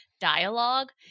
dialogue